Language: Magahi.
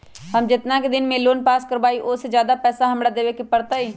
हम जितना के लोन पास कर बाबई ओ से ज्यादा पैसा हमरा देवे के पड़तई?